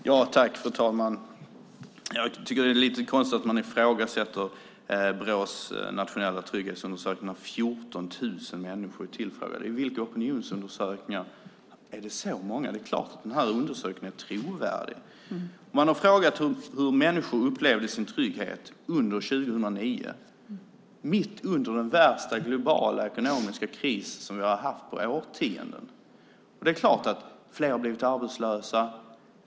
Fru talman! Jag tycker att det är lite konstigt att man ifrågasätter Brås nationella trygghetsundersökning när 14 000 människor är tillfrågade. I vilka opinionsundersökningar är det så många? Det är klart att den här undersökningen är trovärdig. Man har frågat hur människor upplevde sin trygghet under 2009, mitt under den värsta globala ekonomiska kris vi har haft på årtionden. Det är klart att fler har blivit arbetslösa.